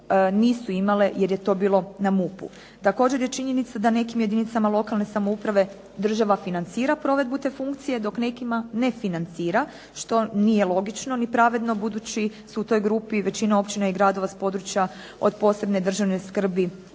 nisu imale jer je to bilo na MUP-u. Također je činjenica da nekim jedinicama lokalne samouprave država financira provedbu te funkcije, dok nekima ne financira što nije logično ni pravedno budući su u toj grupi većina općina i gradova s područja od posebne državne skrbi